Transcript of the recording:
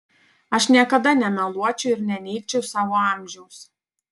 aš niekada nemeluočiau ir neneigčiau savo amžiaus